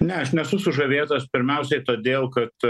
ne aš nesu sužavėtas pirmiausiai todėl kad